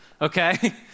okay